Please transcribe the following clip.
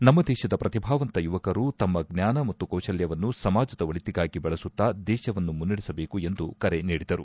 ನಮ್ಮ ದೇಶದ ಪ್ರತಿಭಾವಂತ ಯುವಕರು ತಮ್ಮ ಜ್ವಾನ ಮತ್ತು ಕೌಶಲ್ಯವನ್ನು ಸಮಾಜದ ಒಳಿತಿಗಾಗಿ ಬಳಸುತ್ತಾ ದೇಶವನ್ನು ಮುನ್ನಡೆಸಬೇಕು ಎಂದು ಕರೆ ನೀಡಿದರು